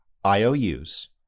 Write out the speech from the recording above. IOUs